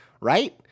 right